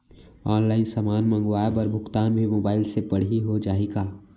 Online समान मंगवाय बर भुगतान भी मोबाइल से पड़ही हो जाही का?